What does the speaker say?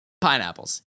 Pineapples